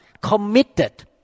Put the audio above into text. committed